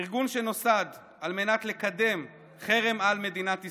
ארגון שנוסד על מנת לקדם חרם על מדינת ישראל,